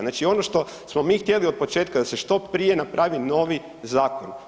Znači, ono što smo mi htjeli od početka da se što prije napravi novi zakon.